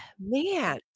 man